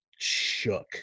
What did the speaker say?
shook